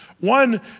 One